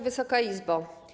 Wysoka Izbo!